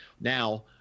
Now